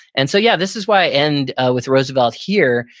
and so yeah, this is why i end with roosevelt here,